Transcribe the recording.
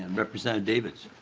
and representative davids